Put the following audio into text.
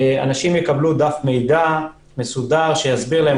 אנשים יקבלו דף מידע מסודר שיסביר להם